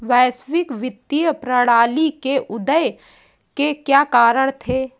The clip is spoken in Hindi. वैश्विक वित्तीय प्रणाली के उदय के क्या कारण थे?